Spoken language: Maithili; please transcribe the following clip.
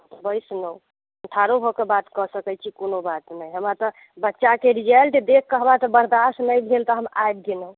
बैस नहि हम ठाढ़ो भऽ कऽ बात कऽ सकैत छी कोनो बात नहि हमरा तऽ बच्चाके रिजल्ट देखिके हमरा तऽ बर्दास्त नहि भेल तऽ हम आबि गेलहुँ